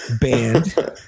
Band